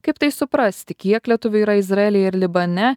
kaip tai suprasti kiek lietuvių yra izraelyje ir libane